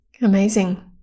amazing